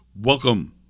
Welcome